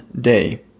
day